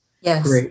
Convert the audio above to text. Yes